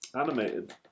animated